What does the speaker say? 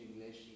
English